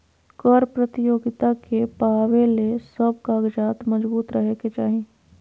कर प्रतियोगिता के पावे ले सब कागजात मजबूत रहे के चाही